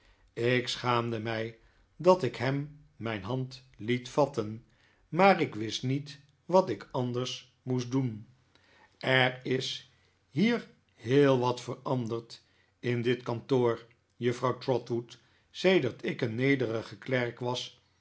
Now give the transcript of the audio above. ik schaamde mij dat ik hem mijn hand liet vatten maar ik wist niet wat ik anders moest dden er is hier heel wat veranderd in dit kantoor juffrouw trotwood sedert ik een nederige klerk was